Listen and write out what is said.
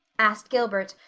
asked gilbert,